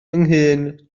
nghyn